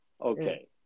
okay